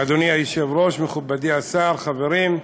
אדוני היושב-ראש, מכובדי השר, חברים,